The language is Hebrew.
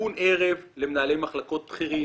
ארגון ערב למנהלי מחלקות בכירים.